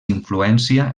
influència